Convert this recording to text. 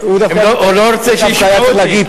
הוא לא רוצה שישמעו אותי.